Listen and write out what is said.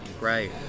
Right